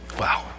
Wow